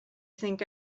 think